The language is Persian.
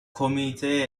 کمیته